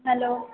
hello